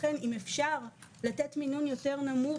לכן אם אפשר לתת יותר נמוך,